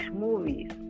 movies